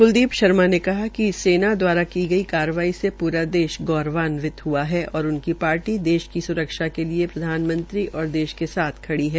क्लदीप शर्मा ने हा कि सेना दवारा की गई कार्रवाई से पूरा देश गौरवान्वित हआ है और उनकी पार्टी देश की स्रक्षा के लिये प्रधानमंत्री और देश के साथ खड़ी है